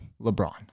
LeBron